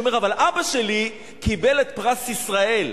הוא אומר: אבל אבא שלי קיבל את פרס ישראל,